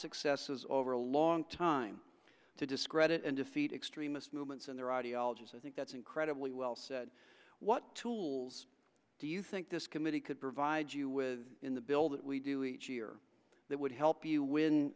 successes over a long time to discredit and defeat extremist movements and their ideologies i think that's incredibly well said what tools do you think this committee could provide you with in the bill that we do each year that would help you win